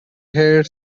hare